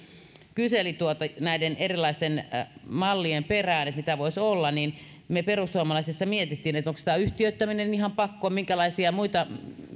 kyseli näiden erilaisten mallien perään mitä voisi olla me perussuomalaisissa mietimme onko tämä yhtiöittäminen ihan pakko minkälaisia muita